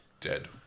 Dead